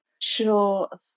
Sure